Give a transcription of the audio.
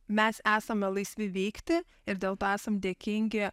mes esame laisvi veikti ir dėl to esam dėkingi